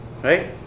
right